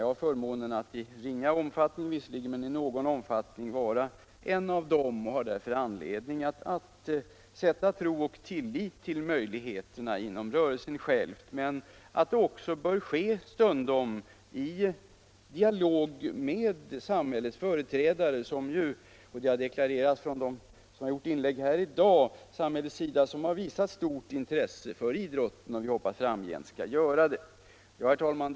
Jag har förmånen att — visserligen i ringa omfattning — vara en av dessa ledare och har därför anledning att sätta tro och lit till möj ligheterna inom rörelsen själv. Men verksamheten bör också stundom bedrivas under dialog med samhällets företrädare, som ju — det har deklarerats av dem som har gjort inlägg här i dag — har visat stort intresse för idrotten och som jag hoppas också framgent skall göra det. Herr talman!